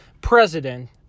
president